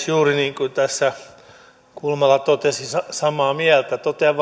juuri niin kuin tässä kulmala totesi olen samaa mieltä totean